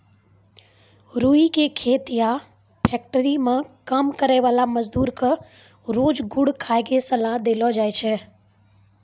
रूई के खेत या फैक्ट्री मं काम करै वाला मजदूर क रोज गुड़ खाय के सलाह देलो जाय छै